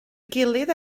gilydd